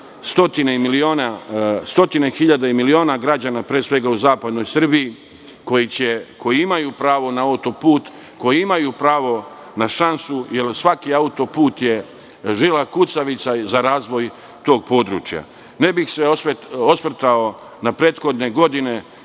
i miliona građana, pre svega u zapadnoj Srbiji, koji imaju pravo na autoput, koji imaju pravo na šansu, jer svaki autoput je žila kucalica za razvoj tog područja. Ne bih se osvrtao na prethodne godine